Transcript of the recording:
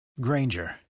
Granger